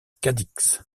cadix